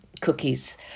cookies